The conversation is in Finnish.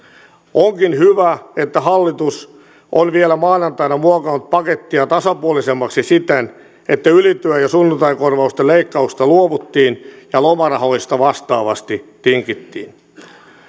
onkin hyvä että hallitus on vielä maanantaina muokannut pakettia tasapuolisemmaksi siten että ylityö ja sunnuntaikorvausten leikkauksista luovuttiin ja lomarahoista vastaavasti tingittiin